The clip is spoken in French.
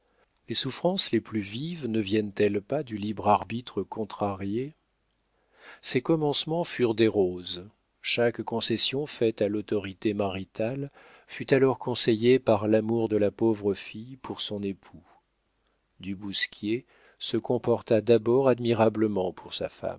les souffrances les plus vives ne viennent-elles pas du libre arbitre contrarié ces commencements furent des roses chaque concession faite à l'autorité maritale fut alors conseillée par l'amour de la pauvre fille pour son époux du bousquier se comporta d'abord admirablement pour sa femme